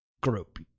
group